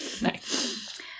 Nice